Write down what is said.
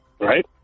right